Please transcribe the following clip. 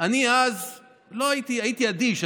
אני אז הייתי אדיש.